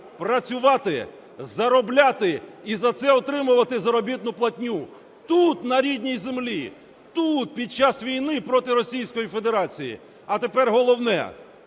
працювати, заробляти і за це отримувати заробітну платню. Тут, на рідній землі, тут, під час війни проти Російської Федерації. А тепер головне,